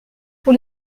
pour